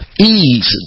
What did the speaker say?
ease